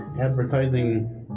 advertising